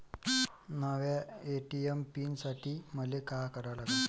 नव्या ATM pin साठी मले का करा लागन?